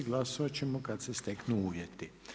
Glasovat ćemo kada se steknu uvjeti.